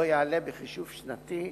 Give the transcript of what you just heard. לא יעלה בחישוב שנתי,